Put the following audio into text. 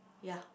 ya